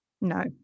No